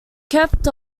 kept